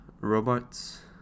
robots